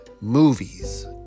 Movies